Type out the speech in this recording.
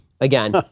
again